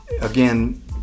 Again